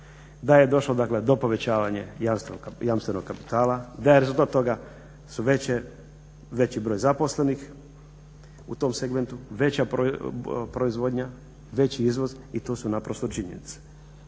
da je došlo dakle do povećavanja jamstvenog kapitala, da je rezultat toga su veće, veći broj zaposlenih u tom segmentu, veća proizvodnja, veći izvoz i to su naprosto činjenice.